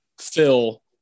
Phil